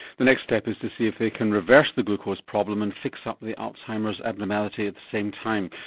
the next step is to see if they can reverse the glucose problem and fix up the alzheimer's abnormality at the same time.